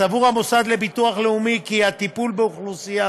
סבור המוסד לביטוח לאומי כי הטיפול באוכלוסייה